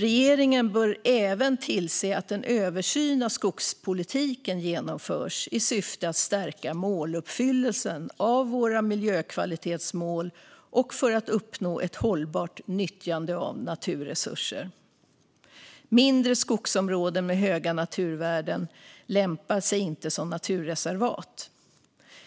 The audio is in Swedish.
Regeringen bör även tillse att en översyn av skogspolitiken genomförs i syfte att stärka måluppfyllelsen av våra miljökvalitetsmål och för att uppnå ett hållbart nyttjande av naturresurser. Mindre skogsområden med höga naturvärden lämpar sig inte som naturreservat,